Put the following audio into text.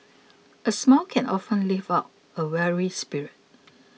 a smile can often lift up a weary spirit